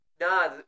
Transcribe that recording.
nah